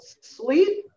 sleep